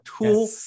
tool